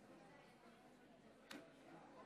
חברי הכנסת,